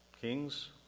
Kings